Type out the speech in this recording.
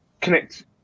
connect